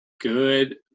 good